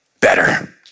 better